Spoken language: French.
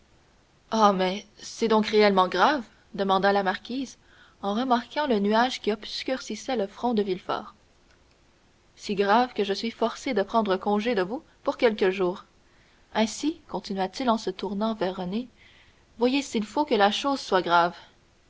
ah mais c'est donc réellement grave demanda la marquise en remarquant le nuage qui obscurcissait le front de villefort si grave que je suis forcé de prendre congé de vous pour quelques jours ainsi continua-t-il en se tournant vers renée voyez s'il faut que la chose soit grave